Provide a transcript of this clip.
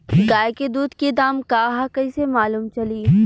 गाय के दूध के दाम का ह कइसे मालूम चली?